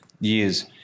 years